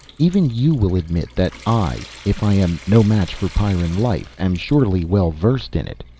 even you will admit that i, if i am no match for pyrran life, am surely well versed in it.